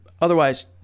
Otherwise